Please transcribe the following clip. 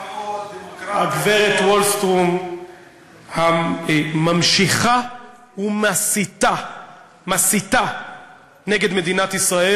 הגברת ולסטרם ממשיכה ומסיתה נגד מדינת ישראל,